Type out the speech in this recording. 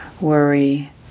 worry